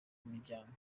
miryango